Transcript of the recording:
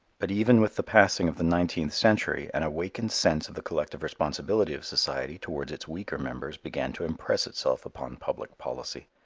but even with the passing of the nineteenth century an awakened sense of the collective responsibility of society towards its weaker members began to impress itself upon public policy.